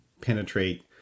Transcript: penetrate